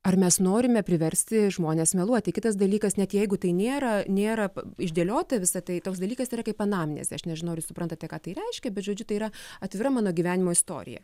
ar mes norime priversti žmones meluoti kitas dalykas net jeigu tai nėra nėra išdėliota visa tai toks dalykas yra kaip anamnezė aš nežinau ar jūs suprantate ką tai reiškia bet žodžiu tai yra atvira mano gyvenimo istorija